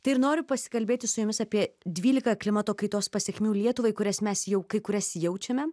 tai ir noriu pasikalbėti su jumis apie dvylika klimato kaitos pasekmių lietuvai kurias mes jau kai kurias jaučiame